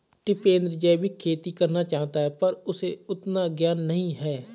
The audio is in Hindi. टिपेंद्र जैविक खेती करना चाहता है पर उसे उतना ज्ञान नही है